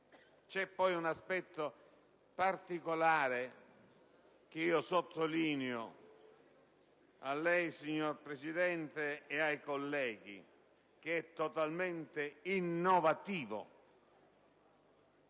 C'è poi un aspetto particolare che sottolineo a lei, signor Presidente, e ai colleghi, che è totalmente innovativo.